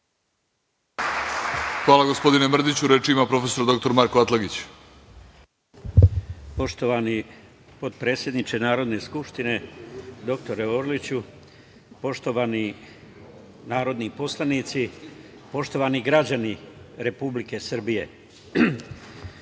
Hvala, gospodine Mrdiću. Reč ima prof. dr Marko Atlagić. **Marko Atlagić** Poštovani potpredsedniče Narodne skupštine dr Orliću, poštovani narodni poslanici, poštovani građani Republike Srbije,